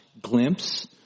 glimpse